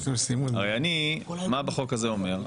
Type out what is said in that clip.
הרי אני מה בחוק הזה אומר?